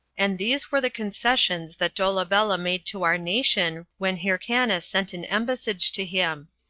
and these were the concessions that dolabella made to our nation when hyrcanus sent an embassage to him.